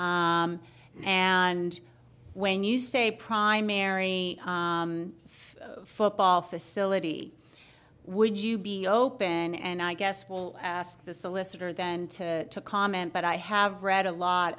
and when you say primary football facility would you be open and i guess will ask the solicitor then to comment but i have read a lot